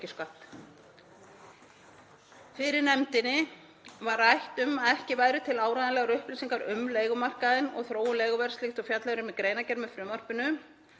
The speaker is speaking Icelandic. Fyrir nefndinni var rætt að ekki væru til áreiðanlegar upplýsingar um leigumarkaðinn og þróun leiguverðs líkt og fjallað er um í greinargerð með frumvarpinu.